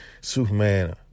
Superman